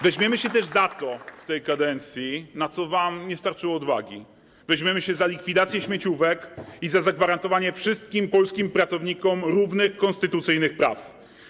Weźmiemy się też za to w tej kadencji, na co wam nie starczyło odwagi, weźmiemy się za likwidację śmieciówek i za zagwarantowanie wszystkim polskim pracownikom równych konstytucyjnych praw.